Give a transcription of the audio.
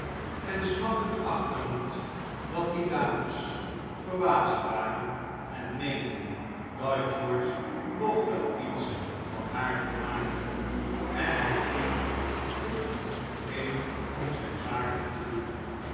en snappend achterliet dat die dames verbaasd waren en meenden dat george nog wel iets van haar kon maken en hij ging toen heen om zijn zaken te doen